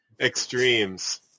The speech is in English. extremes